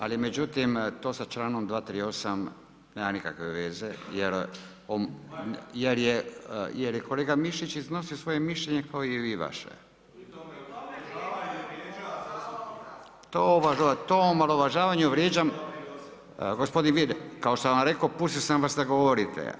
Ali, međutim, to sa člankom 238. nema nikakve veze, jer je kolega Mišić, iznosio svoje mišljenje kao i vi vaše. … [[Upadica se ne čuje.]] To omalovažavanje vrijeđam, gospodin Vid, kao što sam rekao, pustio sam vas da govorite.